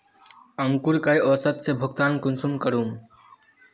अंकूर कई औसत से भुगतान कुंसम करूम?